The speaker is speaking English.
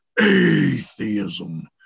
atheism